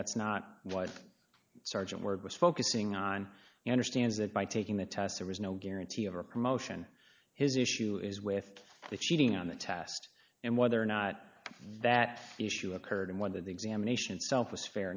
that's not why the sergeant word was focusing on the understands that by taking the test there was no guarantee of a promotion his issue is with the cheating on the test and whether or not that issue occurred in one of the examinations selfless fair